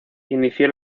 inició